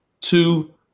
two